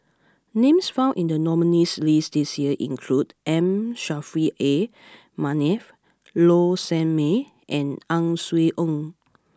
names found in the nominees' list this year include M Saffri A Manaf Low Sanmay and Ang Swee Aun